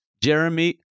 Jeremy